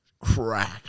crack